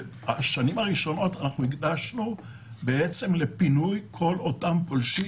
ואת השנים הראשונות הקדשנו לפינוי כל אותם פולשים